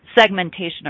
segmentation